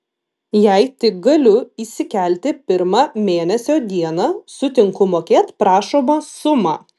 jei tik galiu įsikelti pirmą mėnesio dieną sutinku mokėt prašomą sumą